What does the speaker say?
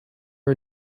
her